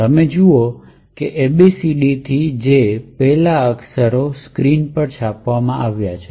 તમે અહીં જુઓ છો કે ABCD થી J પહેલા અક્ષરો સ્ક્રીન પર છાપવામાં આવ્યા છે